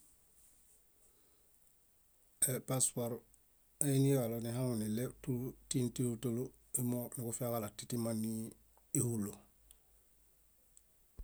Epaspor einiġaɭo nihaŋuniɭew tú tin túlu túlu ímoo niġufiġaɭo atĩtiman nii éhulo.